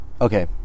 Okay